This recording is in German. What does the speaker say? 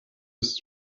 ist